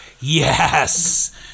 Yes